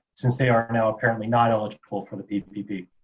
since they are now apparently not eligible for the ppp?